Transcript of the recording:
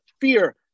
fear